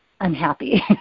unhappy